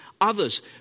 others